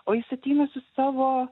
o jis ateina su savo